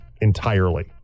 entirely